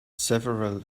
several